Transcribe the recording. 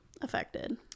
Affected